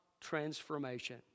Transformation